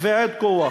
ועוד כוח.